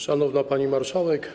Szanowna Pani Marszałek!